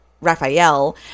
Raphael